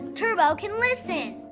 turbo can listen.